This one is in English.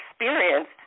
experienced